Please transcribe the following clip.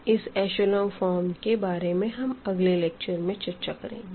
इस echelon form के बारे में हम अगले लेक्चर में चर्चा करेंगे